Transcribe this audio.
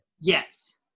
Yes